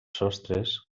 sostres